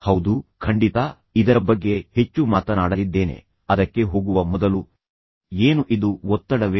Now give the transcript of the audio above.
ಹೌದು ಖಂಡಿತ ಮತ್ತು ನಾನು ಇದರ ಬಗ್ಗೆ ಹೆಚ್ಚು ಮಾತನಾಡಲಿದ್ದೇನೆ ಆದರೆ ನಾವು ಅದಕ್ಕೆ ಹೋಗುವ ಮೊದಲು ಏನು ಇದು ಒತ್ತಡವೇ